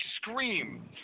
scream